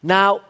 Now